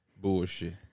bullshit